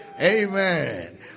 amen